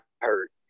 hurt